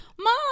Mom